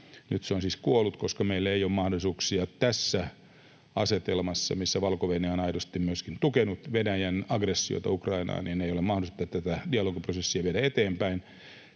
Nyt se on siis kuollut, koska meillä ei ole mahdollisuuksia tässä asetelmassa, missä Valko-Venäjä on aidosti myöskin tukenut Venäjän aggressiota Ukrainaan, tätä dialogiprosessia viedä eteenpäin.